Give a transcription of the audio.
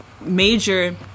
major